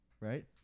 right